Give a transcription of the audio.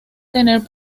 tener